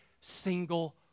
single